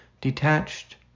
detached